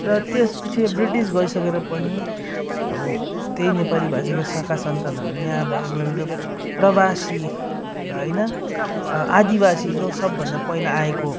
र त्यसपछि ब्रिटिस गइसकेर पनि अब त्यही नेपालीभाषीको शाखासन्तानहरू यहाँ भएकोले गर्दा प्रवासी त होइन आदिवासी जो सबभन्दा पहिला आएको